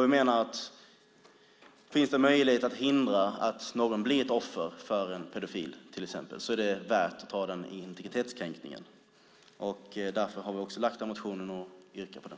Vi menar att om det finns möjlighet att förhindra att någon blir offer för till exempel en pedofil är det värt att ta den integritetskränkningen. Därför har vi lagt fram denna motion och yrkar på den.